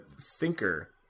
thinker